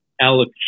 alex